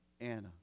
Anna